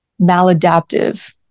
maladaptive